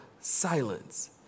silence